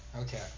okay